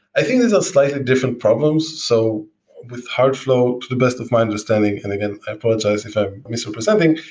i think these are slightly different problems. so with heartflow, to the best of my understanding, and again, i apologize if i'm misrepresenting,